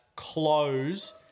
close